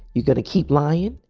you gotta keep lying.